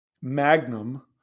Magnum